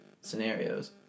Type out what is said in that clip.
scenarios